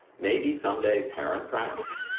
maybe someday parent pranks.